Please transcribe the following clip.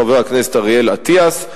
חבר הכנסת אריאל אטיאס,